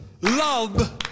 Love